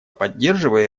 поддерживая